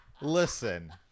listen